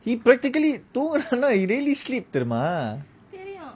he practically தூங்குனான:thungunana he really sleep தெரியுமா:teriyuma